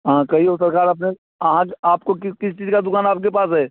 हाँ कहिए सरकार आपने आज आपको किस किस चीज की दुकान आपके पास है